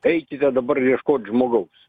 eikite dabar ieškot žmogaus